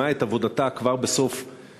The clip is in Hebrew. לבחינת תקציב הביטחון בראשות אלוף במיל'